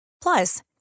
Plus